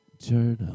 journal